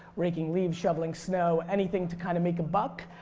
raking leaves, shoveling snow anything to kinda make a buck.